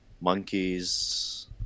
monkeys